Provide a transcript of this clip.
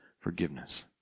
forgiveness